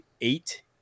eight